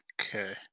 Okay